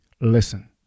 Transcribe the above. listen